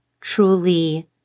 truly